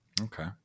Okay